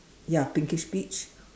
ya pinkish peach